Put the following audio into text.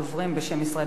בשם ישראל ביתנו,